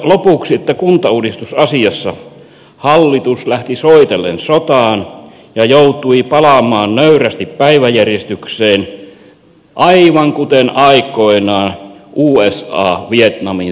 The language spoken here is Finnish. totean lopuksi että kuntauudistusasiassa hallitus lähti soitellen sotaan ja joutui palaamaan nöyrästi päiväjärjestykseen aivan kuten aikoinaan usa vietnamin sodasta